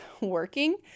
working